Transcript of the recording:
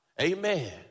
Amen